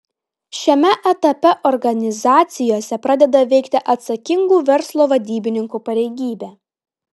šiame etape organizacijose pradeda veikti atsakingų verslo vadybininkų pareigybė